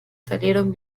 salieron